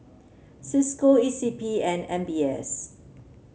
Cisco E C P and M B S